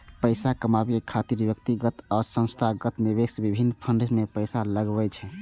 पैसा कमाबै खातिर व्यक्तिगत आ संस्थागत निवेशक विभिन्न फंड मे पैसा लगबै छै